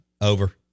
Over